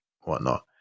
whatnot